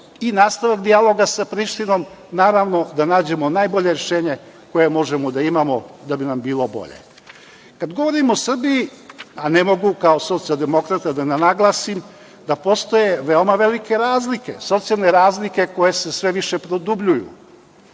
i nastavak dijaloga sa Prištinom, naravno, da nađemo najbolje rešenje koje možemo da imamo da bi nam bilo bolje. Kad govorimo o Srbiji, ne mogu kao socijaldemokrata da ne naglasim da postoje veoma velike razlike, socijalne razlike koje se sve više produbljuju.